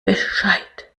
bescheid